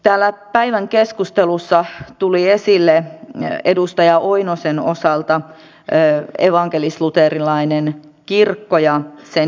täällä päivän keskustelussa tuli esille edustaja oinosen osalta evankelisluterilainen kirkko ja sen jäsenyys